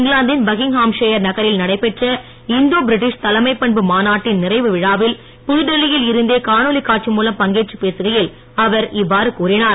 இங்கிலாந்தின் பக்கிங்ஹாம்ஷயர் நகரில் நடைபெற்ற இந்தோ பிரிட்டிஷ் தலைமைப் பண்பு மாநாட்டின் நிறைவு விழாவில் புதுடெல்லியில் இருந்தே காணொலி காட்சி மூலம் பங்கேற்றுப் பேசுகையில் அவர் இவ்வாறு கூறினார்